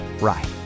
right